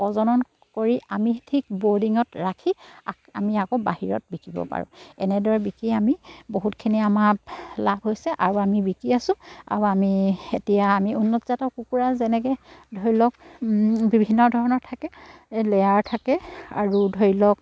প্ৰজনন কৰি আমি ঠিক বৰ্ডিঙত ৰাখি আমি আকৌ বাহিৰত বিকিব পাৰোঁ এনেদৰে বিকি আমি বহুতখিনি আমাৰ লাভ হৈছে আৰু আমি বিকি আছো আৰু আমি এতিয়া আমি উন্নত জাতৰ কুকুৰা যেনেকৈ ধৰি লওক বিভিন্ন ধৰণৰ থাকে লেয়াৰ থাকে আৰু ধৰি লওক